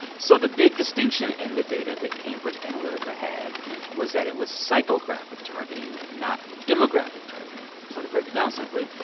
so the big distinction in the data that cambridge analytica had was that it was psychographic targeting, not demographic targeting. so to break it down simply,